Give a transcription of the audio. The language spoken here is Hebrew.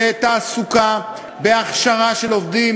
בתעסוקה, בהכשרה של עובדים,